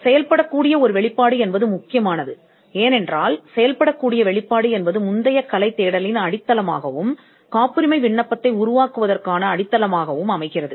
பணிபுரியும் வெளிப்பாடு முக்கியமானது ஏனென்றால் வேலை வெளிப்பாடு என்பது முந்தைய கலைத் தேடலின் அடித்தளமாகவும் காப்புரிமை விண்ணப்பத்தை உருவாக்குவதற்கான அடித்தளமாகவும் அமைகிறது